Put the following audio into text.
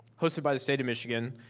hosted by the state of michigan.